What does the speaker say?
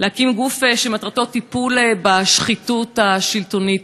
להקים גוף שמטרתו טיפול בשחיתות השלטונית,